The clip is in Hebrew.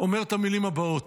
אומר את המילים הבאות: